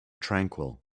tranquil